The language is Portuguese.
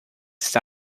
está